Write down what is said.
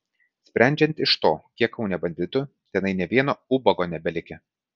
sprendžiant iš to kiek kaune banditų tenai nė vieno ubago nebelikę